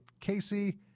Casey